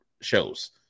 shows